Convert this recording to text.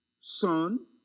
Son